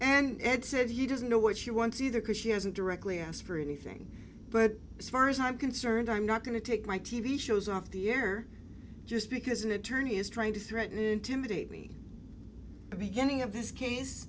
and said he doesn't know what she wants either because she hasn't directly asked for anything but as far as i'm concerned i'm not going to take my t v shows off the air just because an attorney is trying to threaten intimidate me the beginning of this case